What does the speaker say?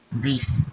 beef